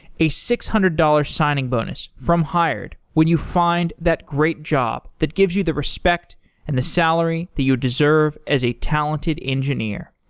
a six hundred dollars signing bonus from hired when you find that great job that gives you the respect and the salary that you deserve as a talented engineer.